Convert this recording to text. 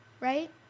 Right